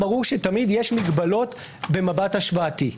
ברור שתמיד יש מגבלות במבט השוואתי.